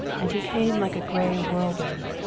and he came like a gray whirlwind,